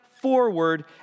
forward